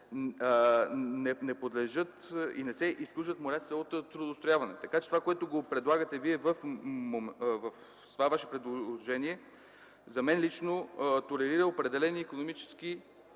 не подлежат и не се изключват от трудоустрояване. Това, което предлагате Вие в това Ваше предложение, за мен лично толерира определени икономически